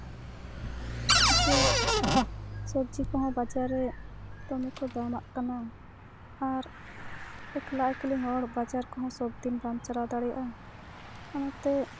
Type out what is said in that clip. ᱡᱮ ᱥᱚᱵᱡᱤ ᱠᱚᱦᱚᱸ ᱵᱟᱡᱟᱨ ᱨᱮ ᱫᱚᱢᱮ ᱠᱚ ᱫᱟᱢᱟᱜ ᱠᱟᱱᱟ ᱟᱨ ᱮᱠᱞᱟ ᱮᱠᱞᱤ ᱦᱚᱲ ᱵᱟᱡᱟᱨ ᱠᱚᱦᱚᱸ ᱥᱚᱵᱫᱤᱱ ᱵᱟᱢ ᱪᱟᱞᱟᱣ ᱫᱟᱲᱮᱭᱟᱜᱼᱟ ᱚᱱᱟᱛᱮ